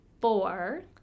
four